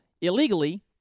illegally